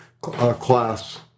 class